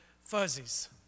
fuzzies